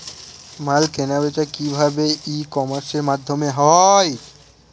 মাল কেনাবেচা কি ভাবে ই কমার্সের মাধ্যমে হয়?